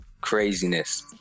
craziness